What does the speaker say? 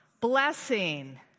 blessing